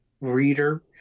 reader